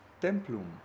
TEMPLUM